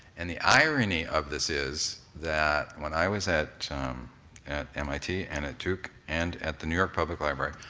and the irony of this is that when i was at at mit and at duke and at the new york public library,